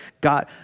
God